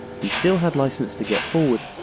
he still had licence to get forward,